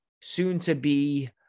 soon-to-be